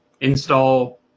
install